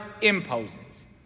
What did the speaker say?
imposes